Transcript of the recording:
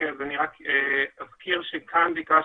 בעצם הרשות המקומית.